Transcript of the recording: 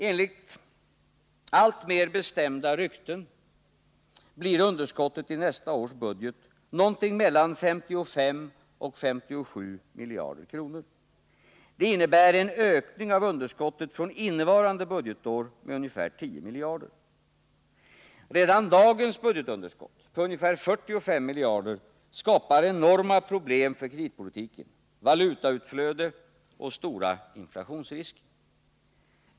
Enligt alltmer bestämda rykten blir underskottet i nästa års budget någonting mellan 55 och 57 miljarder kronor. Det innebär en ökning av underskottet från innevarande budgetår med ungefär 10 miljarder. Redan dagens budgetunderskott på ungefär 45 miljarder skapar enorma problem för kreditpolitiken, valutautflöde och stora inflationsrisker.